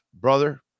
brother